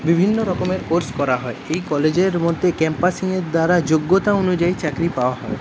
বিভিন্ন রকমের কোর্স করা হয় এই কলেজের মধ্যে ক্যাম্পাসিংয়ের দ্বারা যোগ্যতা অনুযায়ী চাকরি পাওয়া হয়